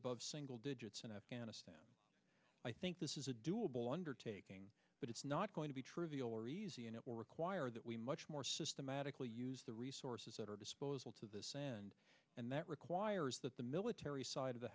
above single digits in afghanistan i think this is a doable undertaking but it's not going to be trivial or easy and it will require that we much more systematically use the resources at our disposal to this end and that requires that the military side of the